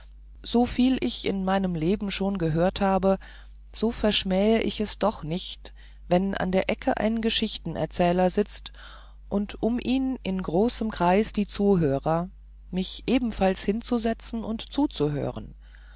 so viel ich in meinem leben schon gehört habe so verschmähe ich es doch nicht wenn an der ecke ein geschichtserzähler sitzt und um ihn in großem kreis die zuhörer mich ebenfalls hinzuzusetzen und zuzuhören